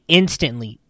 instantly